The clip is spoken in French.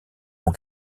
ont